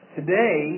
today